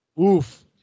oof